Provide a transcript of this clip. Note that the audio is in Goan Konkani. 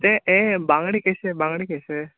ते ये बांगडे केशे बांगडे केशे